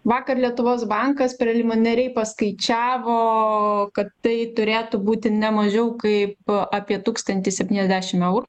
vakar lietuvos bankas preliminariai paskaičiavo kad tai turėtų būti ne mažiau kaip apie tūkstantį septyniasdešim eurų